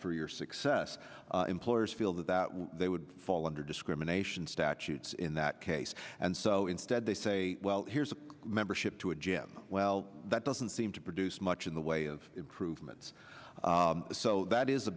for your success employers feel that they would fall under discrimination statutes in that case and so instead they say well here's a membership to a gym well that doesn't seem to produce much in the way of proving it so that is a